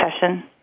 session